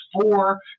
four